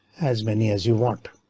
as many as you want.